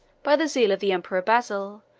by the zeal of the emperor basil,